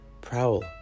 prowl